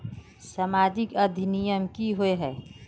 सामाजिक अधिनियम की होय है?